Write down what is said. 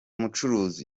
mucuruzi